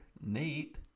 Nate